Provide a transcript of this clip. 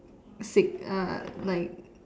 sig~ uh like